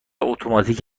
اتوماتیک